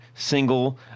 single